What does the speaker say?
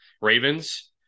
Ravens